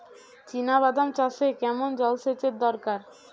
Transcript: চিনাবাদাম চাষে কেমন জলসেচের দরকার?